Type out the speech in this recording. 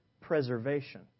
preservation